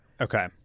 Okay